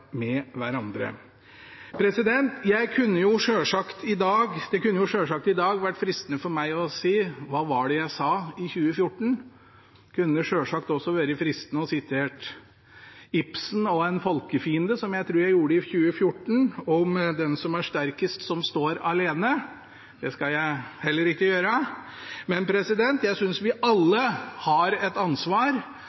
dag kunne det selvsagt vært fristende for meg å si: Hva var det jeg sa i 2014? Det kunne selvsagt også vært fristende å referere til Ibsens «En folkefiende», som jeg tror jeg gjorde i 2014, om at den som er sterkest, er den som står alene. Det skal jeg heller ikke gjøre. Men jeg synes vi